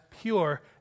pure